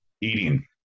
eating